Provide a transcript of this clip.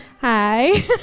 Hi